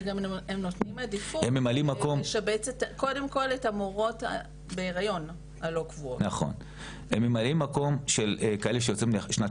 וגם הם נותנים עדיפות לשבץ קודם כל את המורות הלא קבועות שהן בהיריון.